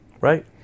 Right